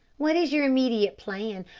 what is your immediate plan?